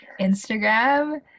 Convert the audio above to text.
Instagram